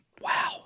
Wow